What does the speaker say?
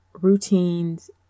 routines